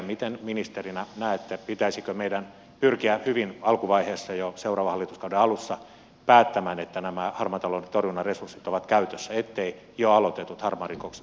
miten ministerinä näette pitäisikö meidän pyrkiä hyvin alkuvaiheessa jo seuraavan hallituskauden alussa päättämään että nämä harmaan talouden torjunnan resurssit ovat käytössä etteivät jo aloitetut harmaan talouden rikosvyyhtien tutkinnat vaarantuisi